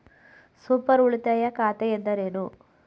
Super ಉಳಿತಾಯ ಖಾತೆ ಎಂದರೇನು?